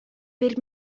per